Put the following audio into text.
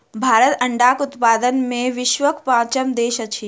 भारत अंडाक उत्पादन मे विश्वक पाँचम देश अछि